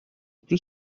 plus